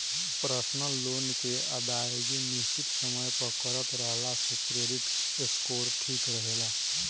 personal loan के अदायगी निसचित समय पर करत रहला से क्रेडिट स्कोर ठिक रहेला